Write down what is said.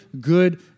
good